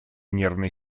нервной